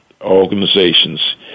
organizations